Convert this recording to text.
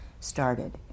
started